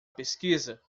pesquisa